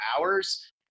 hours